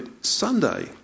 Sunday